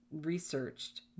researched